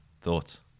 Thoughts